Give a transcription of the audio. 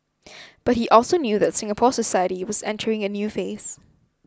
but he also knew that Singapore society was entering a new phase